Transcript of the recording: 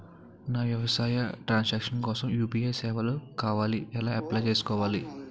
నా వ్యాపార transaction కోసం యు.పి.ఐ సేవలు కావాలి ఎలా అప్లయ్ చేసుకోవాలి?